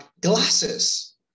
glasses